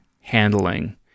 handling